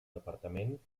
departament